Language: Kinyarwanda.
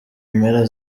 mpera